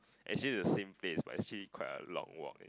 actually it's the same place but actually quite a long walk